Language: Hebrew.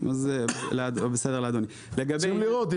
צריכים לראות,